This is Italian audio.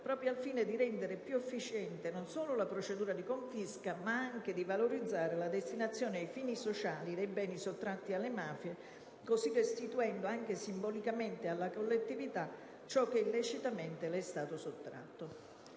proprio al fine di rendere più efficiente non solo la procedura di confisca ma anche di valorizzare la destinazione a fini sociali dei beni sottratti alle mafie, così restituendo, anche simbolicamente, alla collettività ciò che illecitamente le è stato sottratto.